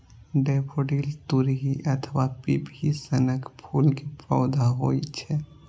daffodil तुरही अथवा पिपही सनक फूल के पौधा होइ छै